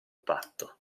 patto